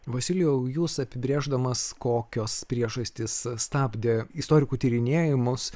vasilijau jūs apibrėždamas kokios priežastys stabdė istorikų tyrinėjimus